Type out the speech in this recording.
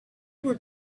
were